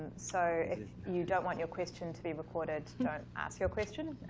so if you don't want your question to be recorded, don't ask your question.